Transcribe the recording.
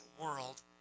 world